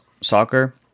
soccer